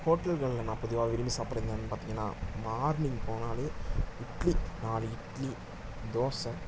ஹோட்டல்களில் நான் பொதுவாக விரும்பி சாப்பிட்றது என்னனு பார்த்தீங்கனா மார்னிங் போனாலே இட்லி நாலு இட்லி தோசை